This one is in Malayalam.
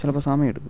ചിലപ്പം സമയം എടുക്കും